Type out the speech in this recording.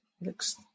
Looks